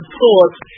thoughts